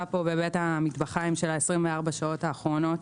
פה בבית המטבחיים של 24 השעות האחרונות